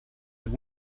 but